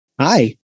Hi